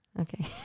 okay